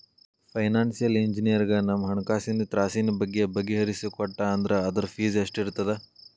Financial ಇಂಜಿನಿಯರಗ ನಮ್ಹಣ್ಕಾಸಿನ್ ತ್ರಾಸಿನ್ ಬಗ್ಗೆ ಬಗಿಹರಿಸಿಕೊಟ್ಟಾ ಅಂದ್ರ ಅದ್ರ್ದ್ ಫೇಸ್ ಎಷ್ಟಿರ್ತದ?